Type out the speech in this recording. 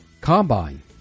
Combine